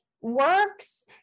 works